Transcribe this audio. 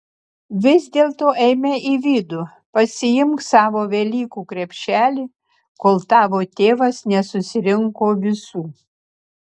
vis dėlto eime į vidų pasiimk savo velykų krepšelį kol tavo tėvas nesusirinko visų